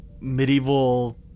medieval